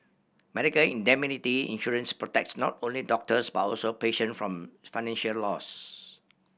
medical indemnity insurance protects not only doctors but also patient from financial loss